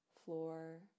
floor